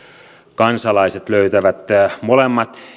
kansalaiset löytävät molemmat